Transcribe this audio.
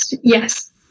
Yes